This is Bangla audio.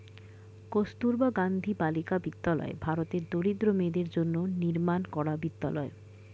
কস্তুরবা গান্ধী বালিকা বিদ্যালয় ভারতের দরিদ্র মেয়েদের জন্য নির্মাণ করা বিদ্যালয়